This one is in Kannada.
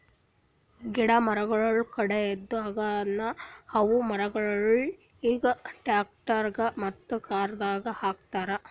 ಗಿಡ ಮರಗೊಳ್ ಕಡೆದ್ ಆಗನ ಅವು ಮರಗೊಳಿಗ್ ಟ್ರಕ್ದಾಗ್ ಮತ್ತ ಕಾರದಾಗ್ ಹಾಕತಾರ್